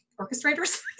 orchestrators